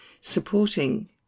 supporting